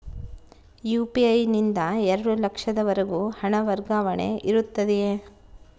UPI ನಿಂದ ಎರಡು ಲಕ್ಷದವರೆಗೂ ಹಣ ವರ್ಗಾವಣೆ ಇರುತ್ತದೆಯೇ?